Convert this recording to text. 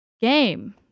game